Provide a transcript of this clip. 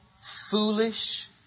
foolish